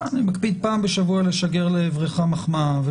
אני מקפיד לשגר לעברך מחמאה פעם בשבוע,